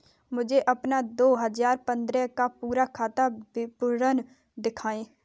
मुझे अपना दो हजार पन्द्रह का पूरा खाता विवरण दिखाएँ?